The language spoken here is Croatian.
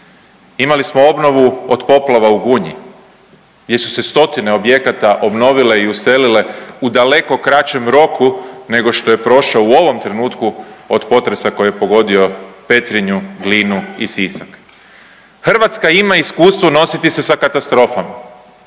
imali smo obnovu od poplava u Gunji gdje su se stotine objekata obnovile i uselile u daleko kraćem roku nego što je prošao u ovom trenutku od potresa koji je pogodio Petrinju, Glinu i Sisak. Hrvatska ima iskustvo nositi se sa katastrofama